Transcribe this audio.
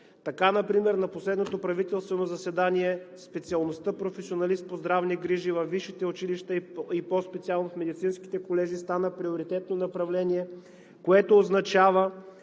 Така например на последното правителствено заседание специалността „Професионалист по здравни грижи“ във висшите училища и по специално в медицинските колежи стана приоритетно направление, което означава,